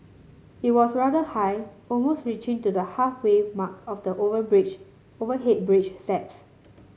it was rather high almost reaching to the halfway mark of the over bridge overhead bridge steps